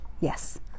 Yes